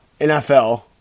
NFL